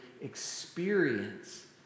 experience